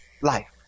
life